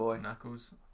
knuckles